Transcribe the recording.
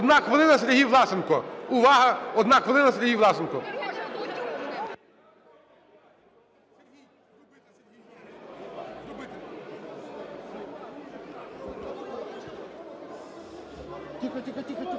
Одна хвилина, Сергій Власенко. Увага! Одна хвилина, Сергій Власенко. (Шум у залі)